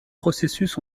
processus